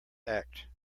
act